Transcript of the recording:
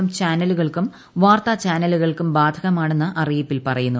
M ചാനലുകൾക്കും വാർത്താ ചാനലുകൾക്കും ബാധകമാണെന്ന് അറിയിപ്പിൽ പറയുന്നു